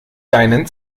deinen